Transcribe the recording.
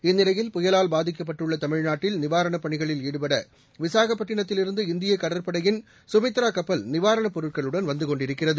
இந்நிலையில் புயலால் பாதிக்கப்பட்டுள்ள தமிழ்நாட்டில் நிவாரணப் பணிகளில் ஈடுபட விசாகப்பட்டினத்தில் இருந்து இந்திய கடற்படையின் சுமித்ரா கப்பல் நிவராணப் பொருட்களுடன் வந்து கொண்டிருக்கிறது